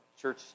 church